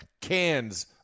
cans